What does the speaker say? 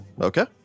Okay